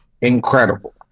incredible